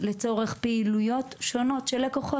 לצורך פעילויות שונות של לקוחות.